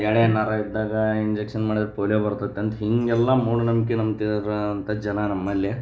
ಎಳೆ ನರ ಇದ್ದಾಗ ಇಂಜೆಕ್ಷನ್ ಮಾಡಿರೆ ಪೋಲಿಯೊ ಬರ್ತತೆ ಅಂತ ಹೀಗೆಲ್ಲ ಮೂಢನಂಬ್ಕೆ ನಂಬ್ತಿದ್ರು ಅಂಥ ಜನ ನಮ್ಮಲ್ಲಿ